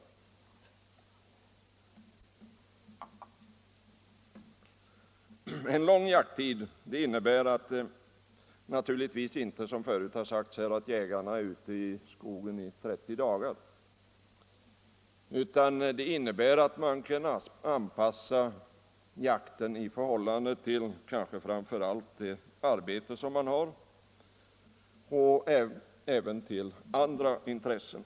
Den längre jakttiden innebär naturligtvis inte, såsom förut har sagts här, att jägarna skulle vara ute i skog och mark i 30 dagar, utan den innebär att jakten kan anpassas kanske framför allt till det arbete man har men även till andra intressen.